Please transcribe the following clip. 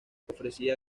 ofrecía